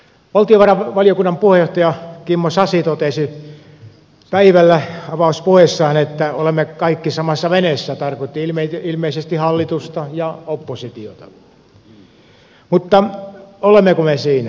valtiovarainvaliokunnan puheenjohtaja kimmo sasi totesi päivällä avauspuheessaan että olemme kaikki samassa veneessä tarkoitti ilmeisesti hallitusta ja oppositiota mutta olemmeko me siinä